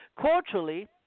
Culturally